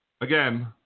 again